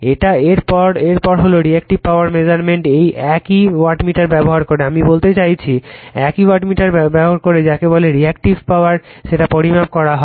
এর পরে হলো রিএক্টিভ পাওয়ার মেজারমেন্ট একই ওয়াটমিটার ব্যবহার করে আমি বলতে চাইছি একই ওয়াটমিটার ব্যবহার করে যাকে বলে রিএক্টিভ পাওয়ার সেটা পরিমাপ করা হয়